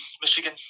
Michigan